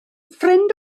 ffrind